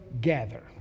gather